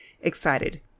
excited